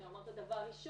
לא, אמרת "דבר ראשון".